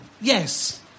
Yes